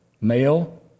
Male